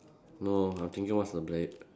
no I'm thinking what's the bla~